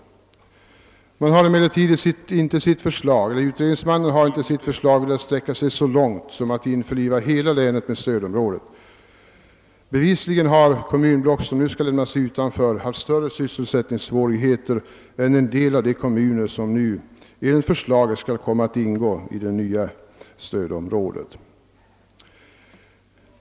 Utredningsmannen har emellertid i sitt förslag inte velat sträcka sig så långt som att införliva hela länet med stödområdet. Bevisligen har kommunblock som nu skall lämnas utanför haft större sysselsättningssvårigheter än en del av de kommuner som enligt förslaget skall komma att ingå i det nya stödområdet.